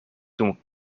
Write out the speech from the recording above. dum